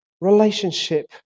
relationship